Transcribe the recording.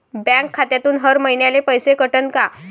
Bank खात्यातून हर महिन्याले पैसे कटन का?